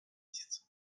месяцы